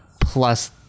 plus